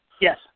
Yes